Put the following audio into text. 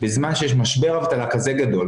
בזמן שיש משבר אבטלה כזה גדול,